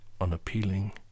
unappealing